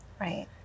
Right